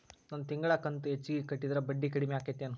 ನನ್ ತಿಂಗಳ ಕಂತ ಹೆಚ್ಚಿಗೆ ಕಟ್ಟಿದ್ರ ಬಡ್ಡಿ ಕಡಿಮಿ ಆಕ್ಕೆತೇನು?